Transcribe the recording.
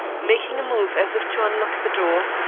making a move as if to unlock the door.